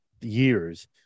years